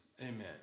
amen